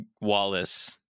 Wallace